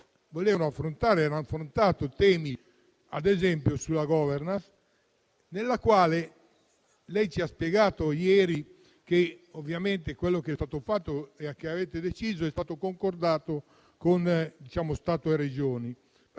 volevano affrontare e hanno affrontato temi quali la *governance*, sulla quale lei ci ha spiegato ieri che quello che è stato fatto e che avete deciso è stato concordato con Stato e Regioni.